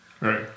right